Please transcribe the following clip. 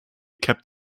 kept